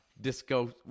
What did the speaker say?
Disco